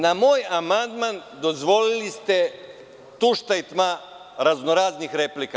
Na moj amandman dozvolili ste tušta i tma raznoraznih replika.